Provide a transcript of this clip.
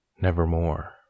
nevermore